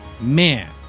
Man